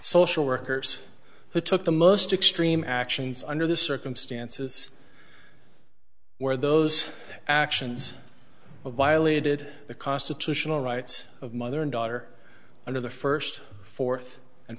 social workers who took the most extreme actions under the circumstances where those actions of violated the constitutional rights of mother and daughter under the first fourth and